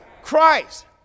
Christ